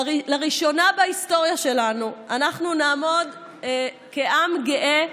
לראשונה בהיסטוריה שלנו אנחנו נעמוד כעם גאה,